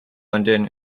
london